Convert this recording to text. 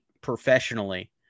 professionally